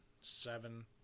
seven